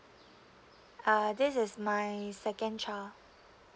uh this is my second child